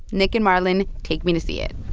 nick and marlon take me to see it